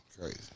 crazy